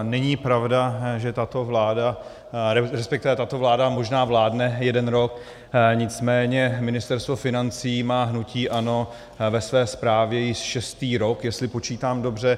Není pravda, že tato vláda respektive tato vláda možná vládne jeden rok, nicméně Ministerstvo financí má hnutí ANO ve své správě již šestý rok, jestli počítám dobře.